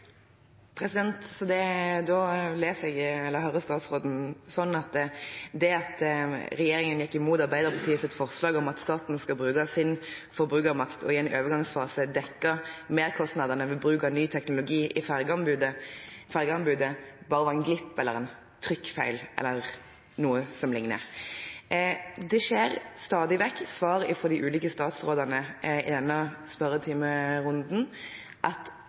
Da forstår jeg statsråden slik at det at regjeringen ikke motarbeider Arbeiderpartiets forslag om at staten skal bruke sin forbrukermakt og i en overgangsfase dekke merkostnadene ved bruk av ny teknologi i ferjeanbudet, bare var en glipp eller en trykkfeil – eller noe som ligner. Det sies stadig vekk i svar fra de ulike statsrådene i denne spørretimerunden, at